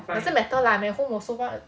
doesn't matter lah I'm at home also [what]